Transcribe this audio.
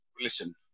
listen